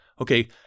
okay